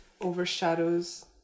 overshadows